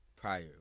prior